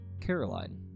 Caroline